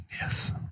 yes